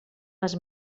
les